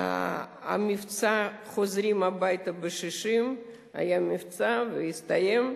המבצע "חוזרים הביתה ב-60" היה מבצע והסתיים.